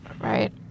right